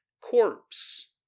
corpse